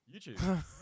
YouTube